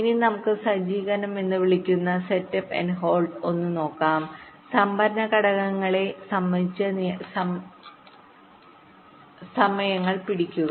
ഇനി നമുക്ക് സജ്ജീകരണം എന്ന് വിളിക്കുന്ന ഒന്ന് നോക്കാം സംഭരണ ഘടകങ്ങളെസംബന്ധിച്ച സമയങ്ങൾ പിടിക്കുക